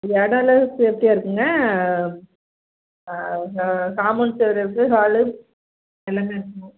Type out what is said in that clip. இடம்லாம் சேஃப்டியாக இருக்குதுங்க இந்த காமௌண்ட் செவரு இருக்குது ஹால்லு எல்லாமே இருக்குதுங்க